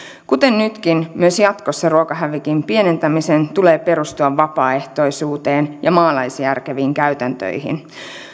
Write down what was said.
kuten nytkin myös jatkossa ruokahävikin pienentämisen tulee perustua vapaaehtoisuuteen ja maalaisjärkeviin käytäntöihin